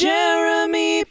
Jeremy